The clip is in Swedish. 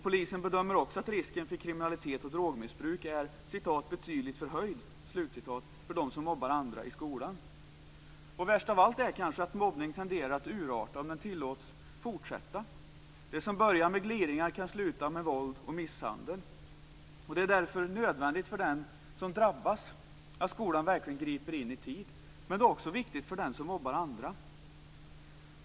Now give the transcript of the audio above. Polisen bedömer också att risken för kriminalitet och drogmissbruk är betydligt förhöjd för dem som mobbar andra i skolan. Värst av allt är kanske att mobbning tenderar att urarta om den tillåts fortsätta. Det som börjar med gliringar kan sluta med våld och misshandel, och det är därför nödvändigt för den som drabbas att skolan verkligen griper in i tid, men det är också viktigt för den som mobbar andra.